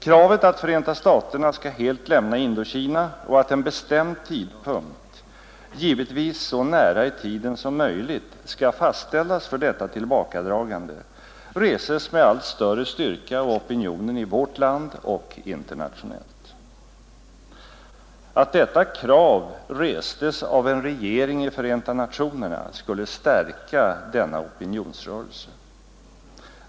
Kravet att Förenta staterna skall helt lämna Indokina och att en bestämd tidpunkt, givetvis så nära i tiden som möjligt, skall fastställas för detta tillbakadragande reses med allt större styrka av opinionen i vårt land och internationellt. Att detta krav restes av en regering i Förenta nationerna skulle stärka denna opinionsrörelse.